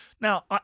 Now